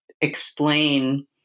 explain